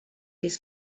his